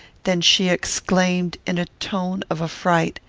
than she exclaimed, in a tone of affright,